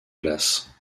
glace